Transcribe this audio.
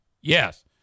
Yes